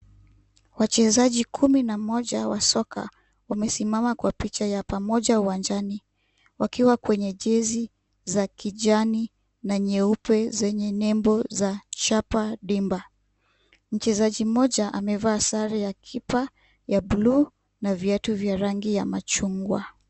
Wachezaji kumi na moja wa soka wamesimama kwa picha ya pamoja uwanjani wakiwa kwenye jezi za kijani na nyeupe zenye nembo za Chapa Dimba. Mchezaji mmoja amevaa sare ya kipa ya bluu na viatu vya rangi ya machungwa.